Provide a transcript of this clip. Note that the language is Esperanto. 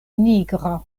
nigra